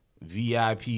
VIP